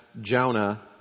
Jonah